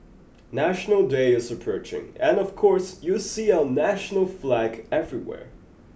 National Day is approaching and of course you'll see our national flag everywhere